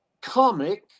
comic